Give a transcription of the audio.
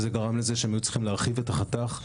גרם לזה שהיו צריכים להרחיב את החתך,